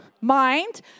mind